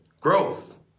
Growth